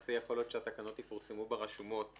למעשה יכול להיות שהתקנות יפורסמו ברשומות בפברואר,